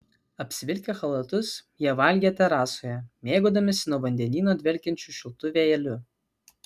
apsivilkę chalatus jie valgė terasoje mėgaudamiesi nuo vandenyno dvelkiančiu šiltu vėjeliu